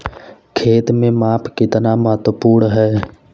खेत में माप कितना महत्वपूर्ण है?